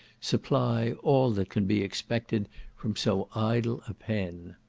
supply all that can be expected from so idle a pen.